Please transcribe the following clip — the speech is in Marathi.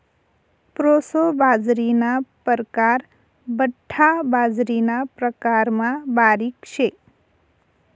प्रोसो बाजरीना परकार बठ्ठा बाजरीना प्रकारमा बारीक शे